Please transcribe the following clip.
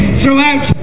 throughout